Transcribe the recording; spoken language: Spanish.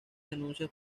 denuncias